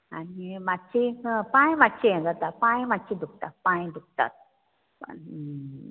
आनी मात्शे पांय मात्शे हे जाता पांय मात्शे दुखता पांय दुखतात पा